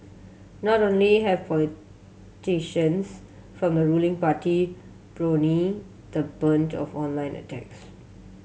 not only have politicians from the ruling party borne the brunt of online attacks